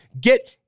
Get